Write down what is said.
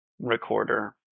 recorder